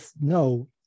no